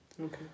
Okay